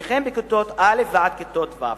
וכן בכיתות א' עד כיתות ו'.